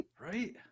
Right